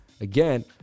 Again